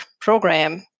program